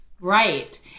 Right